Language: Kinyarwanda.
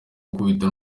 gukubita